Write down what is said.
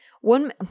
One